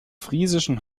friesischen